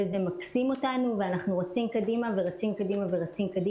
וזה מקסים אותנו ואנחנו רוצים קדימה ורצים קדימה.